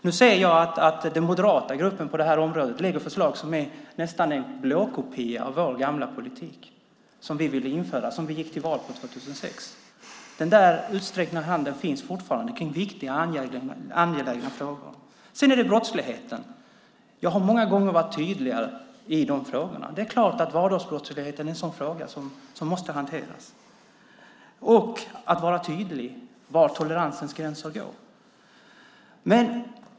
Nu ser jag att den moderata gruppen lägger förslag på detta område som nästan är blåkopia av vår gamla politik som vi ville införa och gick till val på 2006. Den utsträckta handen finns fortfarande i viktiga och angelägna frågor. När det gäller brottsligheten har jag många gånger varit tydlig i de frågorna. Det är klart att vardagsbrottsligheten är en sådan fråga som måste hanteras. Det gäller att vara tydlig med var toleransgränsen går.